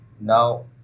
Now